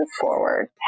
forward